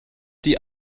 die